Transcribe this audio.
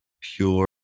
pure